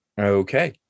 Okay